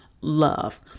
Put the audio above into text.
love